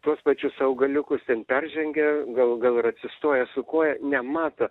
tuos pačius augaliukus ten peržengia gal gal ir atsistoja su koja nemato